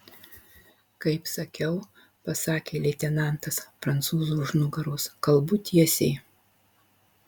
kaip sakiau pasakė leitenantas prancūzui už nugaros kalbu tiesiai